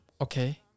okay